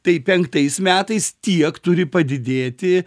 tai penktais metais tiek turi padidėti